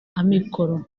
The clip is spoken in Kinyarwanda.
amikoro